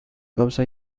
gauza